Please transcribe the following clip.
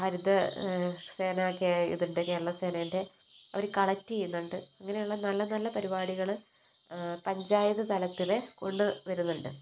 ഹരിത സേനയ്ക്ക് ഇതുണ്ട് കേരളസേനയുടെ അവര് കളക്ട് ചെയ്യുന്നുണ്ട് അങ്ങനെയുള്ള നല്ല നല്ല പരിപാടികള് പഞ്ചായത്തുതലത്തില് കൊണ്ടുവരുന്നുണ്ട്